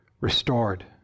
restored